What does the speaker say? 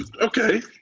Okay